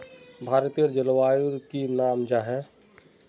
भारतेर जलवायुर की नाम जाहा?